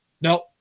no